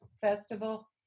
Festival